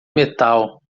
metal